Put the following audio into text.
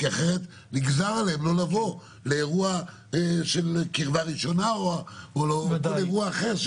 כי אחרת נגזר עליהם לא לבוא לאירוע של קרבה ראשונה או לכל אירוע אחר.